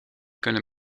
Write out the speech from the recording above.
kunnen